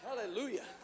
hallelujah